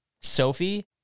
Sophie